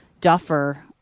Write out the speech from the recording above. Duffer